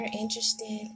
interested